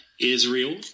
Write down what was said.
Israel